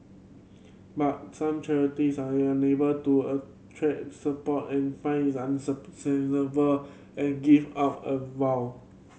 but some charities are unable to attract support and find is and give up a while